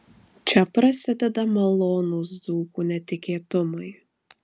čia prasideda malonūs dzūkų netikėtumai